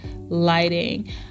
lighting